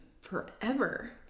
forever